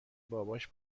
باباش